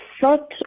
thought